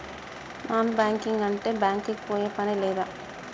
Non banking అంటే bank కి పోయే పని లేదా?